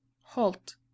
halt